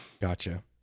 Gotcha